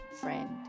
friend